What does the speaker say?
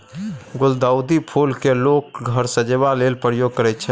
गुलदाउदी फुल केँ लोक घर सजेबा लेल प्रयोग करय छै